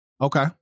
Okay